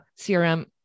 CRM